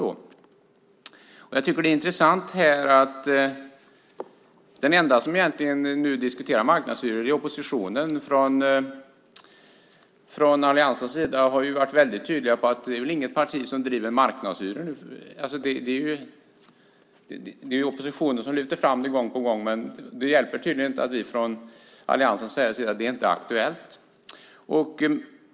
Jag tycker att det är intressant att de enda som egentligen nu diskuterar marknadshyror är oppositionen. Från alliansens sida har vi varit väldigt tydliga med att det inte är något parti som driver marknadshyror. Det är oppositionen som lyfter fram detta gång på gång. Det hjälper tydligen inte att vi från alliansens sida säger att det inte är aktuellt.